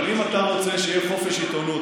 אבל אם אתה רוצה שיהיה חופש העיתונות,